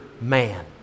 man